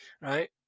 right